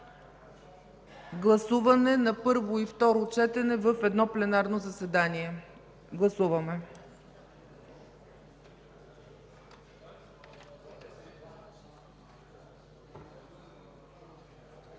Закона на първо и второ четене в едно пленарно заседание. Гласували